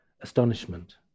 astonishment